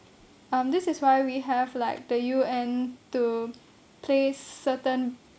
um this is why we have like the U_N to place certain